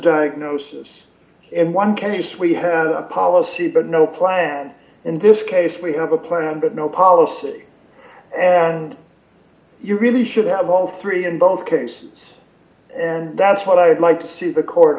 diagnosis in one case we have a policy but no plan in this case we have a plan but no policy and you really should have all three in both cases and that's what i'd like to see the co